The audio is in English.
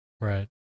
Right